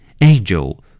Angel